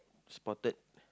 spotted